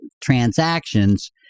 transactions